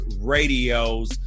radios